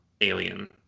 alien